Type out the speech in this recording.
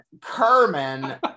Kerman